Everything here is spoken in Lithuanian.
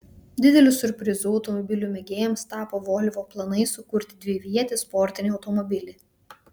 dideliu siurprizu automobilių mėgėjams tapo volvo planai sukurti dvivietį sportinį automobilį